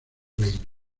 reinos